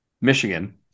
Michigan